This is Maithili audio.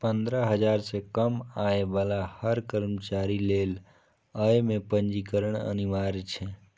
पंद्रह हजार सं कम आय बला हर कर्मचारी लेल अय मे पंजीकरण अनिवार्य छै